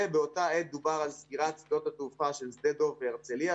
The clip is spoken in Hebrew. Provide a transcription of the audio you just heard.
באותה עת דובר על סגירת שדות התעופה של שדה דב והרצליה.